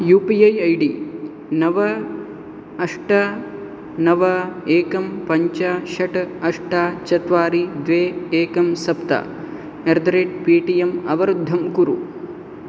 you P I ID नव अष्ट नव एकं पञ्च षट् अष्ट चत्वारि द्वे एकं सप्त अट् द रेट् पिटिएम् अवरुद्धं कुरु